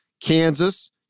Kansas